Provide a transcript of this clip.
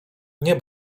nie